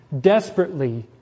desperately